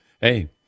hey